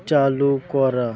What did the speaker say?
চালু করা